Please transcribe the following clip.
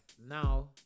now